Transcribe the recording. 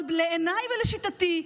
אבל בעיניי ולשיטתי,